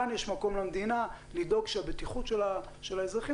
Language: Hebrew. כאן יש מקום למדינה לדאוג שהבטיחות של האזרחים